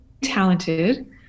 talented